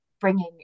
bringing